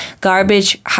garbage